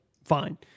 fine